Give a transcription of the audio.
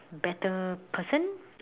better person